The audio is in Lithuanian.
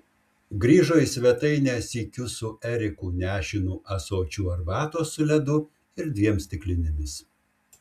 grįžo į svetainę sykiu su eriku nešinu ąsočiu arbatos su ledu ir dviem stiklinėmis